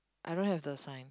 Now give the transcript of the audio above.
I don't have the sign